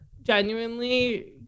genuinely